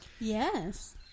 Yes